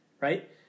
right